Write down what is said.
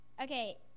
Okay